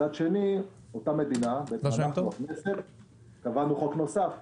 מצד שני, אותה מדינה וחברי הכנסת קבענו חוק נוסף,